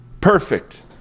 Perfect